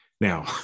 Now